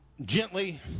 gently